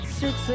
six